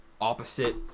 opposite